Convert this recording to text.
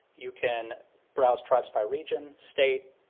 you can browse tribes by region, state,